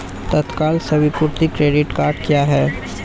तत्काल स्वीकृति credit cards क्या हैं?